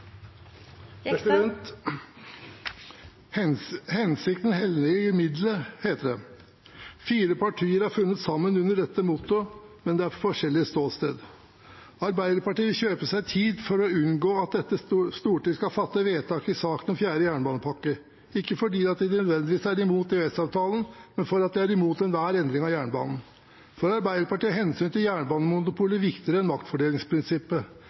Hensikten helliger midlet, heter det. Fire partier har funnet sammen under dette mottoet, men det er forskjellige ståsteder. Arbeiderpartiet vil kjøpe seg tid for å unngå at dette storting skal fatte vedtak i saken om fjerde jernbanepakke – ikke fordi de nødvendigvis er imot EØS-avtalen, men fordi de er imot enhver endring av jernbanen. For Arbeiderpartiet er hensynet til jernbanemonopolet viktigere enn maktfordelingsprinsippet.